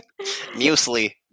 Muesli